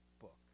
book